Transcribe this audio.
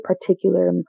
particular